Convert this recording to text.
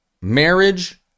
marriage